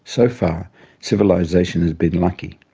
so far civilisation has been lucky.